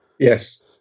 Yes